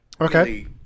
Okay